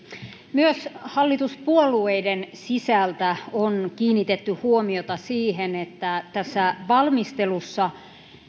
myös hallituspuolueiden sisältä on kiinnitetty huomiota siihen että tässä valmistelussa